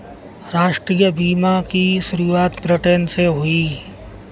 राष्ट्रीय बीमा की शुरुआत ब्रिटैन से हुई